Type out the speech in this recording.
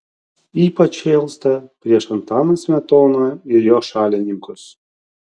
ypač šėlsta prieš antaną smetoną ir jo šalininkus